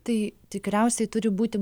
tai tikriausiai turi būti